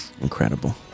Incredible